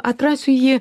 atrasiu jį